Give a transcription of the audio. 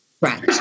right